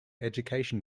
education